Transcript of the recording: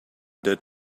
that